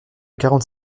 quarante